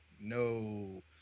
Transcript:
no